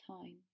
time